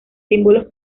símbolos